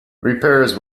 repairs